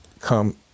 come